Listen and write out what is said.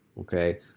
Okay